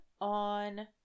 on